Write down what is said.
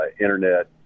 Internet